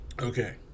Okay